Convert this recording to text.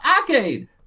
Arcade